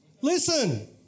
Listen